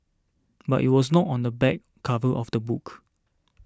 but it was not on the back cover of the book